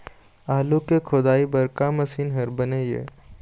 आलू के खोदाई बर का मशीन हर बने ये?